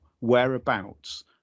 whereabouts